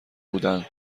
بودند